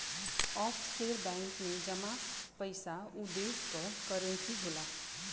offshore bank में जमा पइसा उ देश क करेंसी होला